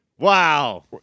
Wow